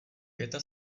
květa